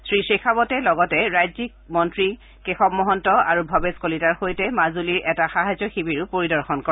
শ্ৰীশেখাৱটে লগতে ৰাজ্যিক মন্ত্ৰী কেশৱ মহন্ত আৰু ভৱেশ কলিতাৰ সৈতে মাজুলীৰ এটা সাহায্য শিবিৰ পৰিদৰ্শন কৰে